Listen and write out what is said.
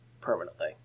permanently